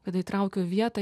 kada įtraukiau vietą